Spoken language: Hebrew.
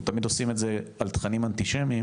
אנחנו תמיד עושים את זה על תכנים אנטישמיים,